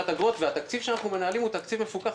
התקציב שאנחנו מנהלים הוא תקציב מפוקח.